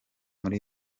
muri